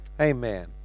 Amen